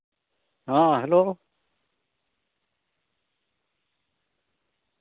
ᱦᱮᱸ ᱦᱮᱞᱳ